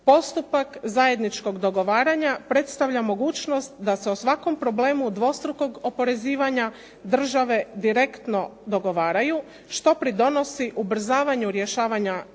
Postupak zajedničkog dogovaranja predstavlja mogućnost da se o svakom problemu dvostrukog oporezivanja države direktno dogovaraju, što pridonosi ubrzavanju rješavanja problema,